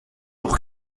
pour